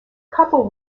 couple